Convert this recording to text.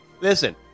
listen